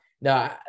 No